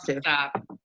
stop